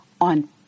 on